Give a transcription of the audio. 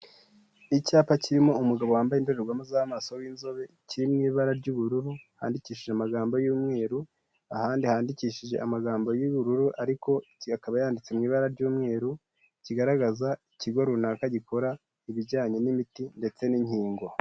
Icyapa kirimo umugabo wambaye indorerwamo z'amaso y'inzobe, kiri mu ibara ry'ubururu, handikishije amagambo y'umweru, ahandi handikishije amagambo y'ubururu, ariko kikaba yanditse mu ibara ry'umweru, kigaragaza ikigo runaka gikora, ibijyanye n'imiti ndetse n'inkingo.